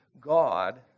God